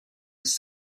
its